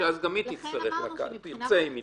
מבחינה מהותית